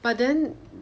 but then